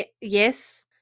Yes